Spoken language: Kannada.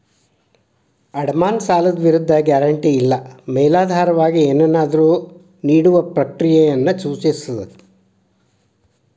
ಅಡಮಾನ ಸಾಲದ ವಿರುದ್ಧ ಗ್ಯಾರಂಟಿ ಇಲ್ಲಾ ಮೇಲಾಧಾರವಾಗಿ ಏನನ್ನಾದ್ರು ನೇಡುವ ಪ್ರಕ್ರಿಯೆಯನ್ನ ಸೂಚಿಸ್ತದ